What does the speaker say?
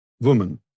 woman